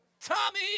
Tommy